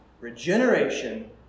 Regeneration